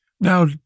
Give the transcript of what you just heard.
Now